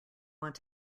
want